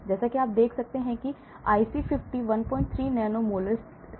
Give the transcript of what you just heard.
जैसा कि आप देख सकते हैं IC50 13 नैनो मोलर स्थिरता केवल 1 है